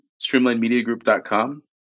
StreamlineMediaGroup.com